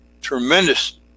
tremendous